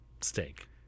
Steak